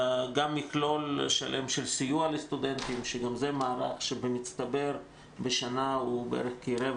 גם מכלול שלם של סיוע לסטודנטים שגם זה מערך שבמצטבר בשנה הוא כרבע